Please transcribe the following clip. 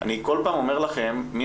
אני קודם כל מודה לוועדה שנותנים לנו